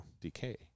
decay